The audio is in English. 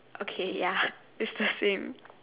okay ya its the same